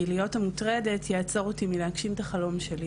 כי להיות המוטרדת יעצור אותי מלהגשים את החלום שלי.